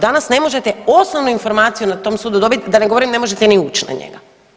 Danas ne možete osnovnu informaciju na tom sudu dobit, da ne govorim ne možete ni uć na njega.